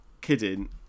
kidding